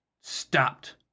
stopped